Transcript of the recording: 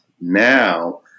now